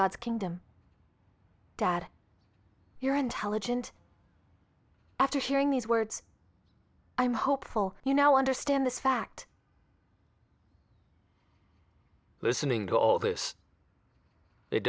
god's kingdom dad you're intelligent after hearing these words i'm hopeful you now understand this fact listening to all this it